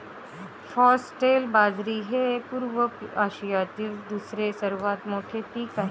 foxtail बाजरी हे पूर्व आशियातील दुसरे सर्वात मोठे पीक आहे